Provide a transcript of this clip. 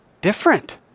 different